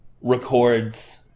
records